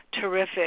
terrific